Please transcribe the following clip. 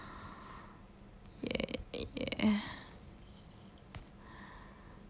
ya ya